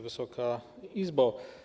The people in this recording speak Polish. Wysoka Izbo!